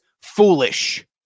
foolish